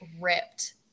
ripped